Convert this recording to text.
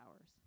hours